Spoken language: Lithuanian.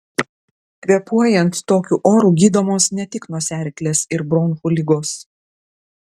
kvėpuojant tokiu oru gydomos ne tik nosiaryklės ir bronchų ligos